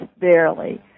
barely